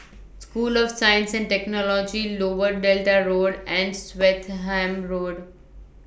School of Science and Technology Lower Delta Road and Swettenham Road